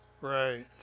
Right